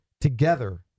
together